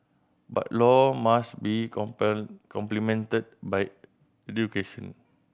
but law must be complemented by education